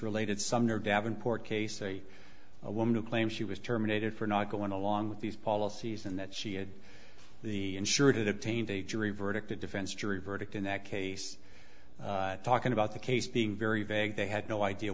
related somewhere davenport case a woman who claims she was terminated for not going along with these policies and that she had the insurer to taint a jury verdict a defense jury verdict in that case talking about the case being very vague they had no idea